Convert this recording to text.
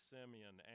Simeon